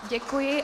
Děkuji.